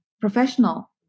professional